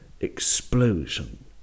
explosion